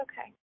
okay